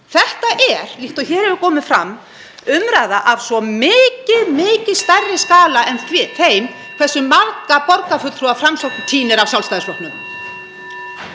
Þetta er, líkt og hér hefur komið fram, umræða af svo miklu stærri skala en þeim hversu marga borgarfulltrúa Framsókn tínir af Sjálfstæðisflokknum.